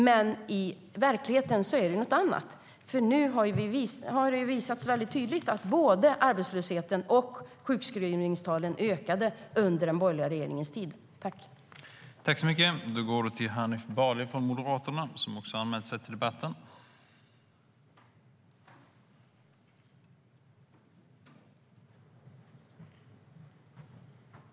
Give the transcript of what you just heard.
Men i verkligheten är det något annat. Nu har det visats väldigt tydligt att både arbetslösheten och sjukskrivningstalen ökade under den borgerliga regeringens tid.